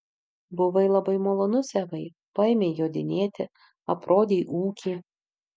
buvai labai malonus evai paėmei jodinėti aprodei ūkį